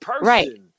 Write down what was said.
Right